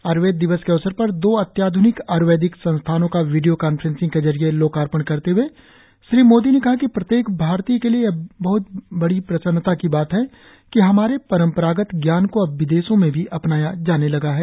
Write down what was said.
आय्र्वेद दिवस के अवसर पर दो अत्याध्निक आय्र्वेदिक संस्थानों का वीडियो कांफ्रेंसिंग के जरिए लोकार्पण करते हुए श्री मोदी ने कहा कि प्रत्येक भारतीय के लिए यह बात बडे प्रसन्नता की है कि हमारे परंपरागत ज्ञान को अब विदेशों में भी अपनाया जाने लगा है